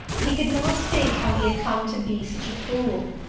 he could not think how he had come to be such a fool.